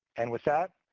and with that,